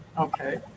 Okay